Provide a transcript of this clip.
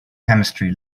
chemistry